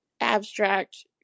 abstract